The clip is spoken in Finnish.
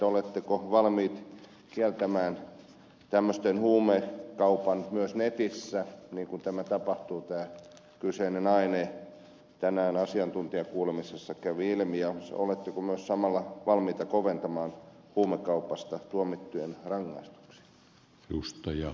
oletteko valmiit kieltämään tämmöisen huumekaupan myös netissä jossa tapahtuu tämä kyseisen aineen myynti tänään asiantuntijakuulemisessa se kävi ilmi ja oletteko myös samalla valmiita koventamaan huumekaupasta tuomittujen rangaistuksia